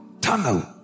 tunnel